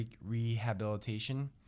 rehabilitation